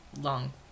Long